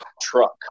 truck